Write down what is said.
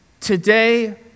today